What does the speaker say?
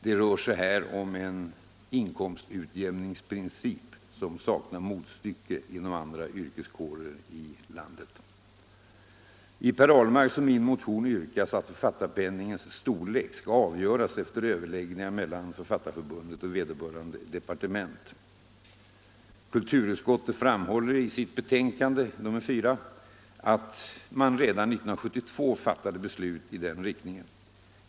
Det rör sig här om en inkomstutjämningsprincip som saknar motstycke inom andra yrkeskårer i vårt land. I herr Ahlmarks och min motion yrkas att författarpenningens storlek skall avgöras efter överläggningar mellan Författarförbundet och vederbörande departement. Kulturutskottet framhåller i sitt betänkande nr 4 att man redan 1972 fattade beslut i denna riktning.